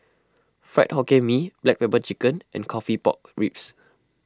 Fried Hokkien Mee Black Pepper Chicken and Coffee Pork Ribs